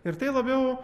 ir tai labiau